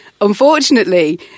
unfortunately